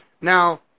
Now